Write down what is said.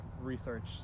research